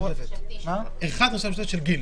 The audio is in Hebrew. המשותפת ואחת מההסתייגויות של חבר